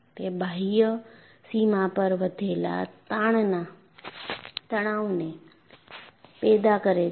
તે બાહ્ય સીમા પર વધેલા તાણના તણાવને પેદા કરે છે